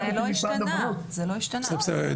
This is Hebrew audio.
זה לא השתנה --- דניאל,